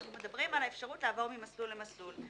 אנחנו מדברים על האפשרות לעבור ממסלול למסלול.